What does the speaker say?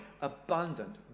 abundant